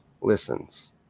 listens